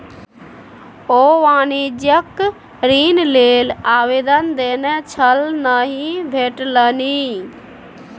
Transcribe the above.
ओ वाणिज्यिक ऋण लेल आवेदन देने छल नहि भेटलनि